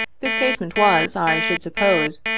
this casemate was, i should suppose,